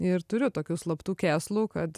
ir turiu tokių slaptų kėslų kad